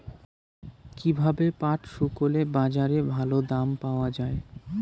কীভাবে পাট শুকোলে বাজারে ভালো দাম পাওয়া য়ায়?